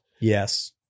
Yes